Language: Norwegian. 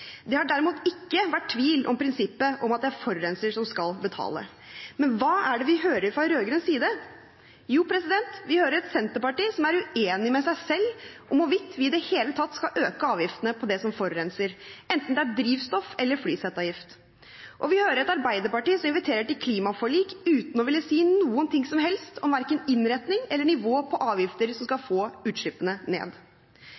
Det har derimot ikke vært tvil om prinsippet om at det er forurenser som skal betale. Men hva er det vi hører fra rød-grønn side? Jo, vi hører et Senterparti som er uenig med seg selv om hvorvidt vi i det hele tatt skal øke avgiftene på det som forurenser, enten det er drivstoff eller flyseteavgift. Vi hører et Arbeiderparti som inviterer til et klimaforlik uten å ville si noe som helst om verken innretning eller nivå på avgifter som